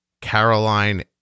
Caroline